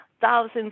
thousands